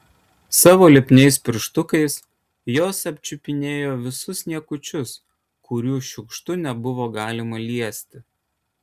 savo lipniais pirštukais jos apčiupinėjo visus niekučius kurių šiukštu nebuvo galima liesti